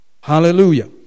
Hallelujah